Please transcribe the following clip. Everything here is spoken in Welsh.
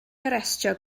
arestio